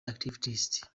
activists